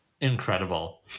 incredible